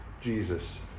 Jesus